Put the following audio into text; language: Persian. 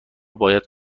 باید